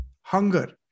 hunger